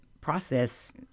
process